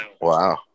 wow